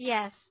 Yes